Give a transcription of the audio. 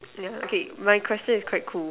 yeah okay my question is quite cool